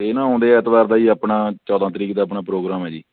ਅਤੇ ਨਾ ਆਉਂਦੇ ਐਤਵਾਰ ਦਾ ਜੀ ਆਪਣਾ ਚੌਦ੍ਹਾਂ ਤਰੀਕ ਦਾ ਆਪਣਾ ਪ੍ਰੋਗਰਾਮ ਹੈ ਜੀ